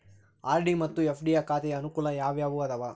RD ಮತ್ತು FD ಖಾತೆಯ ಅನುಕೂಲ ಯಾವುವು ಅದಾವ?